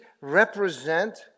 represent